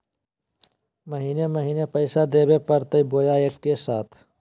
महीने महीने पैसा देवे परते बोया एके साथ?